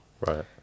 Right